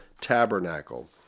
tabernacle